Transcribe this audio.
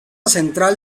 central